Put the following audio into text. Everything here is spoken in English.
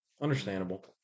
Understandable